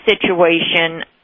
situation